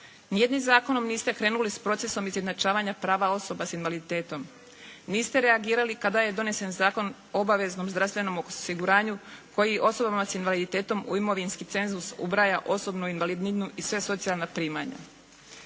Ni jednim zakonom niste krenuli s procesom izjednačavanja prava osoba s invaliditetom. Niste reagirali kada je donesen Zakon o obaveznom zdravstvenom osiguranju koji osobama s invaliditetom u imovinski cenzus ubraja osobnu invalidninu i sva socijalna primanja.